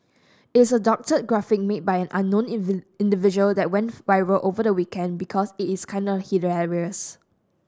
it's a doctored graphic made by an unknown individual that went viral over the weekend because it is kinda hilarious